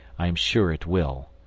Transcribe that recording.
i am sure it will.